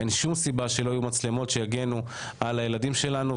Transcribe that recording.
לכן אין שום סיבה שלא יהיו מצלמות שיגנו על הילדים שלנו,